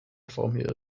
formula